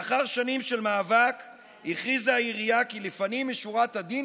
לאחר שנים של מאבק הכריזה העירייה כי לפנים משורת הדין,